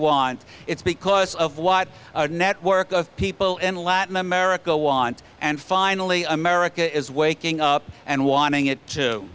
want it's because of what our network of people in latin america want and finally america is waking up and wanting it